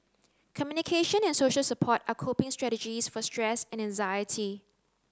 communication and social support are coping strategies for stress and anxiety